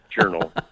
journal